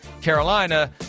Carolina –